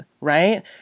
right